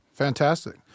Fantastic